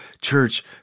church